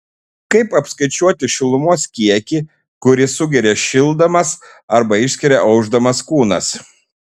kaip apskaičiuoti šilumos kiekį kurį sugeria šildamas arba išskiria aušdamas kūnas